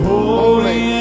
Holy